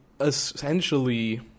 essentially